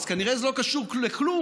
אז כנראה זה לא קשור לכלום.